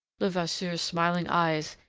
levasseur's smiling eyes,